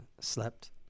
slept